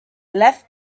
left